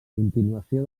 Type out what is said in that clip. continuació